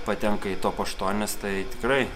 patenka į top aštuonis tai tikrai